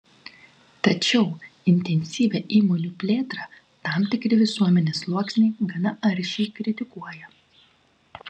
tačiau intensyvią įmonių plėtrą tam tikri visuomenės sluoksniai gana aršiai kritikuoja